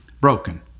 broken